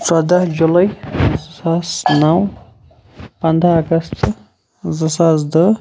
ژۄدَہ جُلاے زٕ ساس نَو پَندَہ اَگست زٕ ساس دَہ